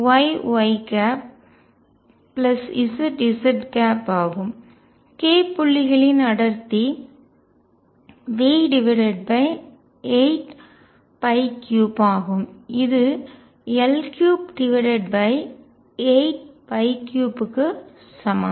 k புள்ளிகளின் அடர்த்தி V83 ஆகும் இது L383 க்கு சமம்